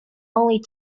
only